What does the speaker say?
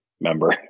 member